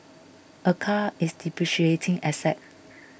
a car is depreciating asset